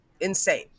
Insane